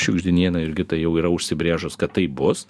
šiugždinienė jurgita jau yra užsibrėžus kad taip bus